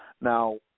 Now